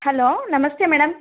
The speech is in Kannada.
ಹಲೋ ನಮಸ್ತೆ ಮೇಡಮ್